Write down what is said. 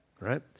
right